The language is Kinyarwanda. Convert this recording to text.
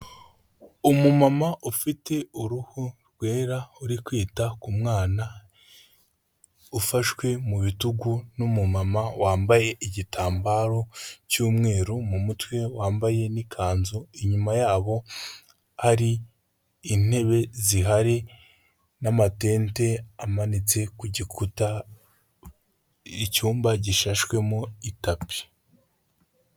Umumama ufite uruhu rwera uri kwita ku mwana, ufashwe mu bitugu n'umumama wambaye igitambaro cy'umweru mu mutwe, wambaye n'ikanzu inyuma yabo hari intebe zihari n'amatente amanitse ku gikuta, icyumba gishashwemo itapi.